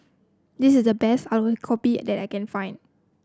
this is the best Aloo Gobi that I can find